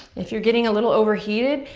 if you're getting a little overheated,